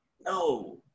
No